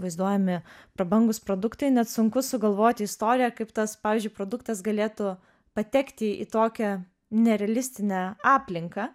vaizduojami prabangūs produktai net sunku sugalvoti istoriją kaip tas pavyzdžiui produktas galėtų patekti į tokią nerealistinę aplinką